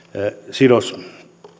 sidosyhtiöt